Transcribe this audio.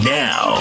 now